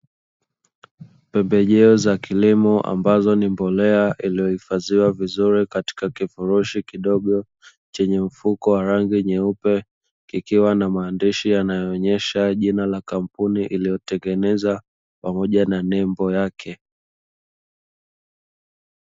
Pembejeo za kilimo ambayo ni mbolea iloyohifadhiwa vizuri katika kifirushi kidogo, chenye mfuko rangi nyeupe, kikiwa na mandishi yanayoonyesha jina la kampuni iliyotengeneza pamoja na nembo yake.